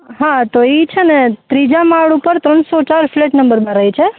હા તો ઇ છેને ત્રીજા માળ ઉપર ત્રણસો ચાર ફ્લેટ નંબરમાં રએ છે